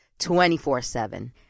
24-7